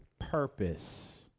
purpose